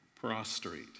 prostrate